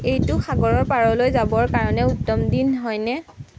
এইটো সাগৰৰ পাৰলৈ যাবৰ কাৰণে উত্তম দিন হয়নে